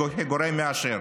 המליצה כי לאחר